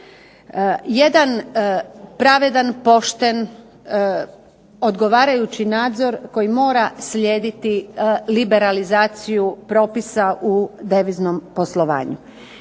Jedan pravedan pošten odgovarajući nadzor koji mora slijediti liberalizaciju propisa u deviznom poslovanju